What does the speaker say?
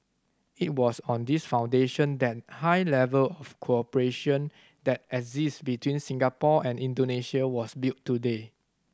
it was on this foundation that high level of cooperation that exist between Singapore and Indonesia was built today